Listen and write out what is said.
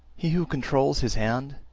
he who controls his hand,